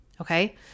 okay